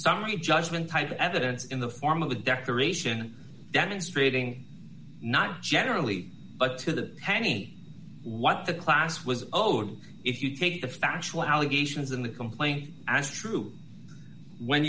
summary judgment type evidence in the form of a decoration demonstrating not generally but to the hani what the class was owed if you take the factual allegations in the complaint as true when